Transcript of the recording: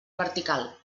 vertical